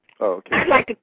Okay